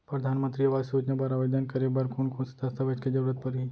परधानमंतरी आवास योजना बर आवेदन करे बर कोन कोन से दस्तावेज के जरूरत परही?